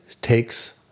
takes